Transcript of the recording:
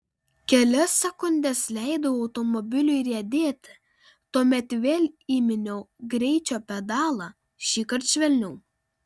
kelias sekundes leidau automobiliui riedėti tuomet vėl įminiau greičio pedalą šįkart švelniau